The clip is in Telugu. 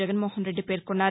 జగన్మోహన్ రెడ్డి పేర్కొన్నారు